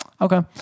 Okay